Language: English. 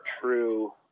true